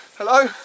Hello